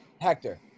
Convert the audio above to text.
Hector